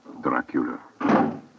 Dracula